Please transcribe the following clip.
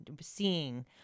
seeing